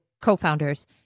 co-founders